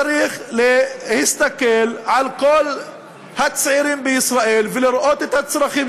צריך להסתכל על כל הצעירים בישראל ולראות את הצרכים